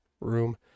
room